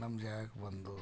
ನಮ್ಮ ಜಾಗಕ್ಕೆ ಬಂದು